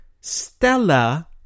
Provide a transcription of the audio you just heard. Stella